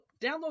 download